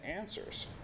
answers